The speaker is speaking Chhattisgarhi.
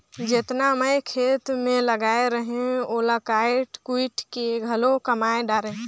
जेतना मैं खेत मे लगाए रहें ओला कायट कुइट के घलो कमाय डारें